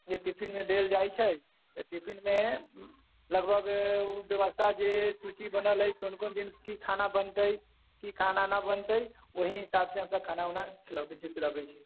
जे टिफिन मे देल जाइ छै तऽ टिफिन मे लगभग ओ व्यवस्था जे सूची बनल अइ कोन कोन दिन की खाना बनतै की खाना ना बनतै ऊही हिसाब से हमसब खाना ऊना खिलऽबै छियै पिलऽबै छियै